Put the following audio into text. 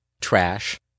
trash